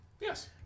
Yes